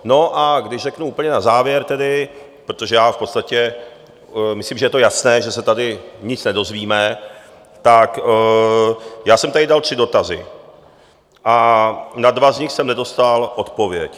No, když řeknu úplně na závěr tedy, protože já v podstatě si myslím, že je to jasné, že se tady nic nedozvíme, tak já jsem tady dal tři dotazy a na dva z nich jsem nedostal odpověď.